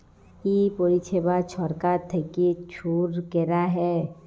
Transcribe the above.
ই পরিছেবা ছরকার থ্যাইকে ছুরু ক্যরা হ্যয়